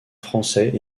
français